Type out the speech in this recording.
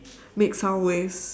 make sound waves